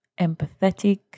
empathetic